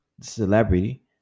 celebrity